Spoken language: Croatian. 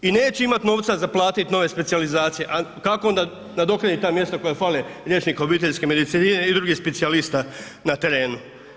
I neće imati novca za platiti nove specijalizacije a kako onda nadoknaditi ta mjesta koja fale liječnike obiteljske medicine i drugih specijalista na terenu?